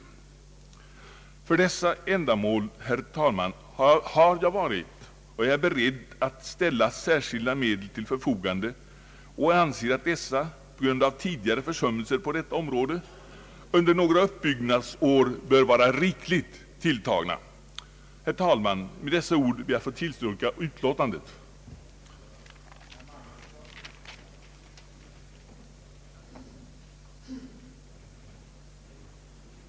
Herr talman! För dessa ändamål har jag varit och är beredd att yrka på att särskilda medel ställs till förfogande, och jag anser att dessa på grund av tidigare försummelser på detta område under några uppbyggnadsår bör vara rikligt tilltagna. Herr talman! Med dessa ord ber jag att få yrka bifall till utskottets hemställan.